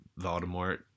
Voldemort